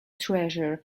treasure